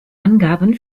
angaben